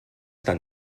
tan